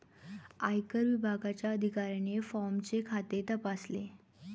आयकर विभागाच्या अधिकाऱ्याने फॉर्मचे खाते तपासले